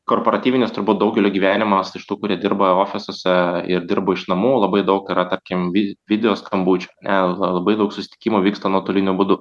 korporatyvinis turbūt daugelio gyvenimas iš tų kurie dirba ofisuose ir dirba iš namų labai daug yra tarkim vi video skambučių ane labai daug susitikimų vyksta nuotoliniu būdu